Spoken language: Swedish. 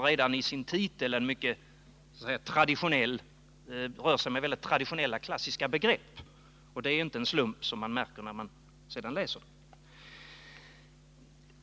Redan i sin titel rör den sig alltså med mycket traditionella, klassiska begrepp, och att det inte är en slump märker man när man läser den.